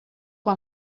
com